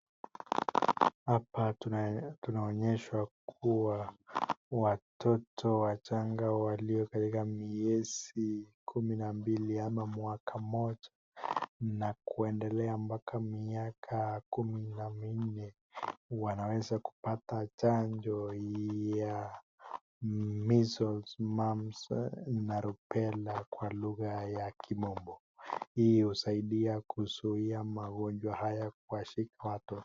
Hapa tunaonyeshwa kuwa watoto wachanga walio katika miezi kumi na mbili au mwaka mmoja, na kuendelea mpaka miaka kumi na minne wanaweza kupata chanjo ya measles mumps na rubella kwa lugha ya kimombo, iyo husaidia kuzuiwa magonjwa haya kuwashika watoto.